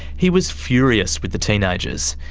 he was furious with the teenagers.